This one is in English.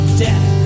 death